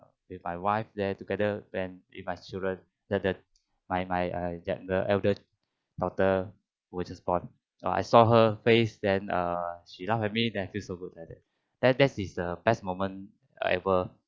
with my wife there together and with my children that that my my I the elder daughter which is born I saw her face then err she look at me then I feel so good that that is the best moment ever